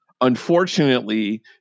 Unfortunately